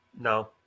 No